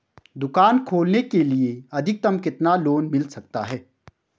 दुकान खोलने के लिए अधिकतम कितना लोन मिल सकता है?